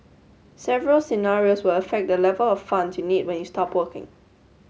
several scenarios will affect the level of funds you need when you stop working